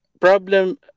problem